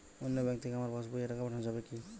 অন্য ব্যাঙ্ক থেকে আমার পাশবইয়ে টাকা পাঠানো যাবে কি?